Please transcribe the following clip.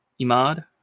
Imad